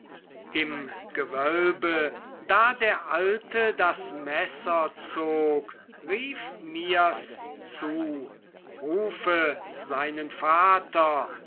im gewölbe da der alte das messer zog rief mir's zu rufe seinen vater